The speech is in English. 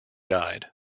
died